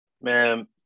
Man